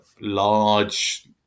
large